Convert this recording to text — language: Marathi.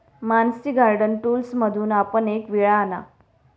मानसी गार्डन टूल्समधून आपण एक विळा आणा